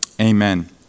Amen